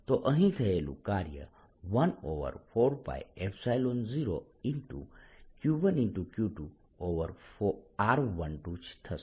તો અહીં થયેલું કાર્ય 14π0Q1Q2r12 થશે